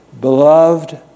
Beloved